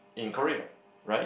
in Korea right